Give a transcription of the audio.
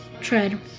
tread